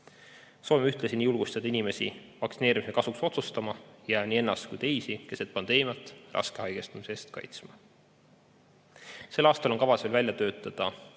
Soovin ühtlasi julgustada inimesi vaktsineerimise kasuks otsustama ja nii ennast kui ka teisi keset pandeemiat raske haigestumise eest kaitsma. Sel aastal on veel kavas välja töötada